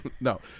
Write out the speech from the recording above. No